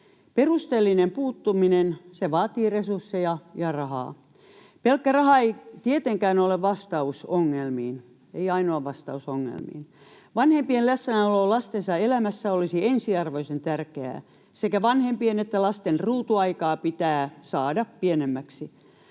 Perusteellinen puuttuminen vaatii resursseja ja rahaa. Pelkkä raha ei tietenkään ole ainoa vastaus ongelmiin. Vanhempien läsnäolo lastensa elämässä olisi ensiarvoisen tärkeää. Sekä vanhempien että lasten ruutuaikaa pitää saada pienemmäksi.